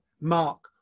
mark